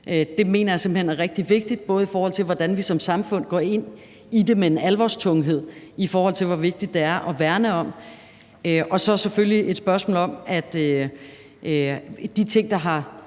jeg simpelt hen er rigtig vigtigt, både i forhold til hvordan vi som samfund går ind i det med en alvorstunghed, i forhold til hvor vigtigt det er at værne om. Og så er der selvfølgelig spørgsmål om de ting, der på